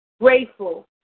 grateful